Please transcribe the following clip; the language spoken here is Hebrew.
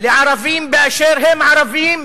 לערבים באשר הם ערבים,